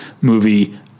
movie